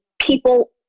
people